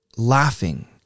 Laughing